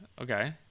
Okay